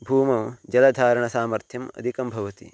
भूमौ जलधारणसामर्थ्यम् अधिकं भवति